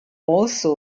also